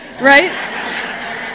right